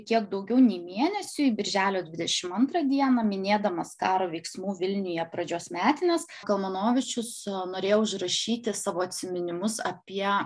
kiek daugiau nei mėnesiui birželio dvidešim antrą dieną minėdamas karo veiksmų vilniuje pradžios metines kalmanovičius norėjo užrašyti savo atsiminimus apie